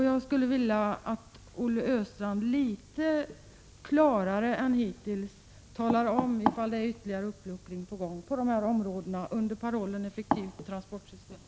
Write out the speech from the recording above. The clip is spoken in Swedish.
Jag skulle vilja att Olle Östrand något klarare än hittills talar om ifall det är ytterligare uppluckring på gång på desssa områden under parollen ”ett effektivt transportsystem”.